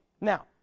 Now